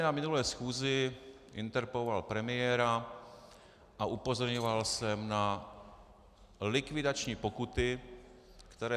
Na minulé schůzi jsem tady interpeloval premiéra a upozorňoval jsem na likvidační pokuty, které